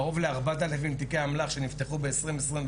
קרוב ל-4,000 תיקי אמל"ח שנפתחו ב-20/21,